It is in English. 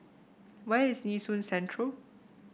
where is Nee Soon Central